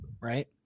right